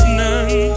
none